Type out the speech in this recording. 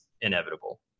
inevitable